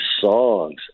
songs